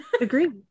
agree